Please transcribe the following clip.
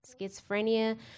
schizophrenia